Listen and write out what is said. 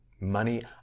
money